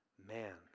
Man